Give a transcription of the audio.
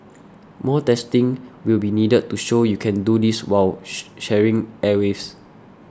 more testing will be needed to show you can do this while sharing airwaves